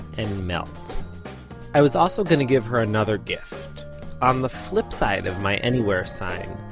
and melt i was also going to give her another gift on the flip side of my anywhere sign,